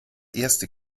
erste